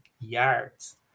yards